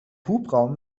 hubraum